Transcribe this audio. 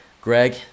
Greg